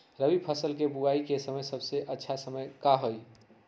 रबी फसल के बुआई के सबसे अच्छा समय का हई?